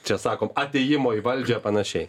čia sakom atėjimo į valdžią panašiai